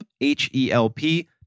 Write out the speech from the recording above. h-e-l-p